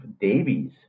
Davies